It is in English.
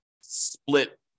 split